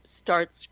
starts